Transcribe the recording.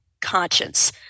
conscience